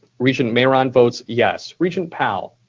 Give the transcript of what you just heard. regent mayeron votes yes. regent powell?